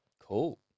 Cool